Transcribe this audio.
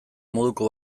moduko